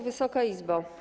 Wysoka Izbo!